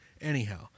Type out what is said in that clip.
Anyhow